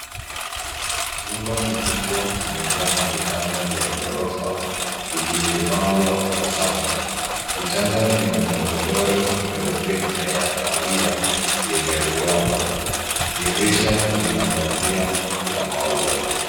Chumba kikubwa kimejaa vitanda vya ghorofa vilivyopangwa kwa safu. Vitanda vina magodoro meupe na ya kahawia yenye ruwaza. Dirisha lina pazia la maua.